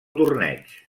torneig